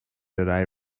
that